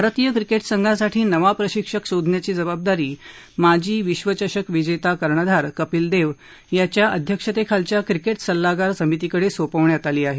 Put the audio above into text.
भारतीय क्रिकेट संघासाठी नवा प्रशिक्षक शोधण्याची जबाबदारी माजी विश्वचषक विजेता कर्णधार कपिल देव याच्या अध्यक्षतेखालच्या क्रिकेट सल्लागार समितीकडे सोपवण्यात आली आहे